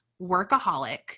workaholic